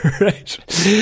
Right